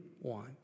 want